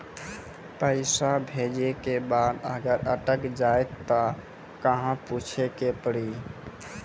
पैसा भेजै के बाद अगर अटक जाए ता कहां पूछे के पड़ी?